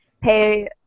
pay